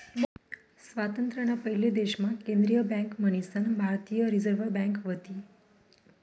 स्वातंत्र्य ना पयले देश मा केंद्रीय बँक मन्हीसन भारतीय रिझर्व बँक व्हती